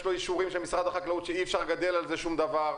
יש לו אישורים של משרד החקלאות שאי אפשר לגדל על זה שום דבר,